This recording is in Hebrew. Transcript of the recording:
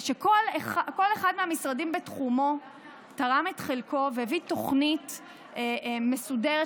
כל אחד מהמשרדים תרם את חלקו בתחומו והביא תוכנית מסודרת,